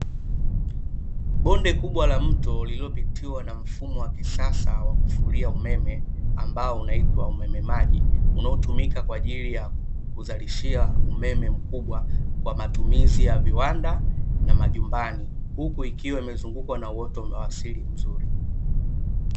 Bonde kubwa la mto lililopitiwa na mfumo wa kisasa wa kufulia umeme, ambao unaitwa umeme maji, unaotumika kwa ajili ya kuzalishia umeme mkubwa kwa matumizi ya viwanda na majumban, huku ikiwa imezungukwa na uoto wa asili mzuri.